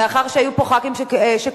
מאחר שהיו פה חברי כנסת שקראו,